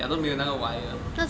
ya 都没有那个 wire